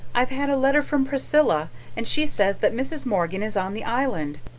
i've had a letter from priscilla and she says that mrs. morgan is on the island,